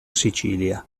sicilia